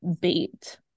bait